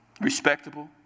Respectable